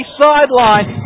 sideline